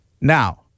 Now